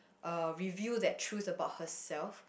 uh reveal that truth about herself